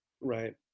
Right